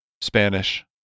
Spanish